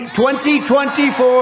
2024